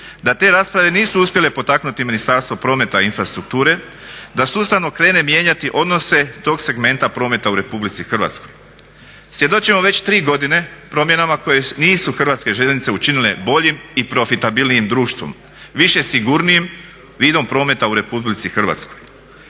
da te rasprave nisu uspjele potaknuti Ministarstvo prometa i infrastrukture, da sustavno krene mijenjati odnose tog segmenta prometa u RH. Svjedočimo već tri godine promjene koje nisu HŽ učinile boljim i profitabilnijim društvom, više sigurnijim vidom prometa u RH. Kada govorimo